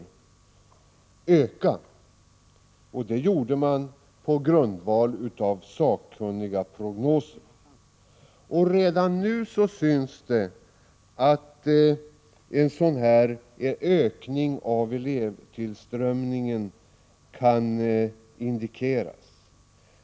Denna föreställning hade man kommit fram till på grundval av sakkunniga prognoser. Redan nu synes det som om en sådan ökning av elevtillströmningen kan indikeras.